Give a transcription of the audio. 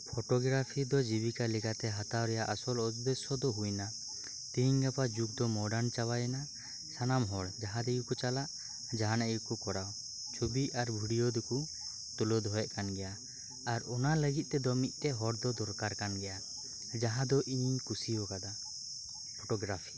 photography ᱫᱚ ᱡᱤᱵᱤᱠᱟ ᱞᱮᱠᱟᱛᱮ ᱟᱥᱚᱞ ᱩᱫᱫᱮᱥᱚ ᱫᱚ ᱦᱩᱭᱱᱟ ᱛᱮᱦᱮᱧ ᱜᱟᱯᱟ ᱡᱩᱜ ᱫᱚ ᱢᱚᱰᱟᱱ ᱪᱟᱵᱟᱭᱮᱱᱟ ᱥᱟᱱᱟᱢ ᱦᱚᱲ ᱡᱟᱦᱟᱸ ᱨᱮᱜᱮ ᱠᱚ ᱪᱟᱞᱟᱜ ᱡᱟᱦᱟᱱᱟᱜ ᱜᱮᱠᱚ ᱠᱚᱨᱟᱣ ᱪᱷᱚᱵᱤ ᱟᱨ ᱵᱷᱤᱰᱭᱚ ᱫᱚᱠᱚ ᱛᱩᱞᱟᱹᱣ ᱫᱚᱦᱚᱭᱮᱫ ᱠᱟᱱ ᱜᱮᱭᱟ ᱟᱨ ᱚᱱᱟ ᱞᱟᱹᱜᱤᱫ ᱛᱮᱫᱚ ᱢᱤᱫᱽᱴᱮᱱ ᱦᱚᱲ ᱫᱚ ᱫᱚᱨᱠᱟᱨ ᱠᱟᱱ ᱜᱮᱭᱟ ᱡᱟᱦᱟᱸ ᱫᱚ ᱤᱧᱤᱧ ᱠᱩᱥᱤ ᱟᱠᱟᱫᱟ ᱯᱷᱚᱴᱚ ᱜᱨᱟᱯᱷᱤ